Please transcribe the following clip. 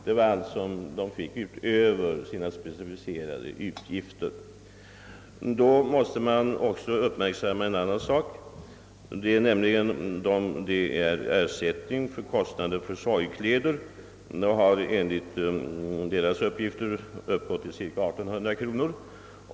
Man måste i detta sammanhang uppmärksamma också en annan sak, nämligen ersättningen för kostnader för sorgkläder, som enligt vederbörandes uppgifter uppgått till cirka 1800 kronor.